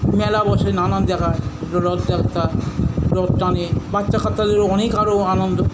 মেলা বসে নানান জায়গায় রথযাত্রা রথ টানে বাচ্চা কাচ্চাদেরও অনেক আরো আনন্দ